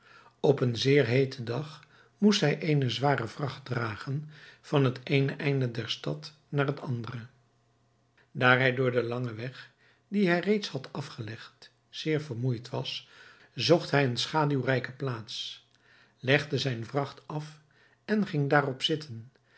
op een zeer heeten dag moest hij eene zware vracht dragen van het eene einde der stad naar het andere daar hij door den langen weg dien hij reeds had afgelegd zeer vermoeid was zocht hij eene schaduwrijke plaats legde zijne vracht af en ging daarop zitten